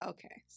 Okay